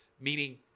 Meaning